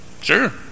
Sure